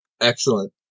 Excellent